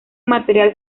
material